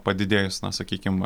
padidėjus na sakykim